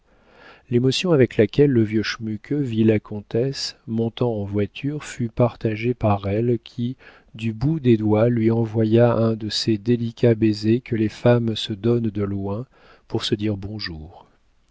avec laquelle le vieux schmuke vit la comtesse montant en voiture fut partagée par elle qui du bout des doigts lui envoya un de ces délicats baisers que les femmes se donnent de loin pour se dire bonjour